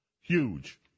Huge